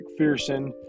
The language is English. McPherson